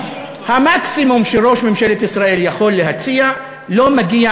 המקסימום שראש ממשלת ישראל יכול להציע לא מגיע